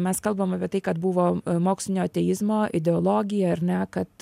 mes kalbam apie tai kad buvo mokslinio ateizmo ideologija ar ne kad